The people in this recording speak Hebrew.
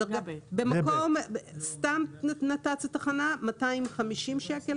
בתחנה או בנתיב תחבורה ציבורית,